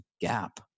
gap